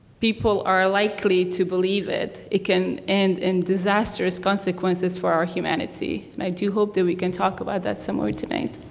people are likely to believe it, it can end in disastrous consequences for our humanity. and i do hope that we can talk about that some more tonight.